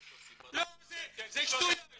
כנראה שיש לו סיבה --- לא, זה שטויות.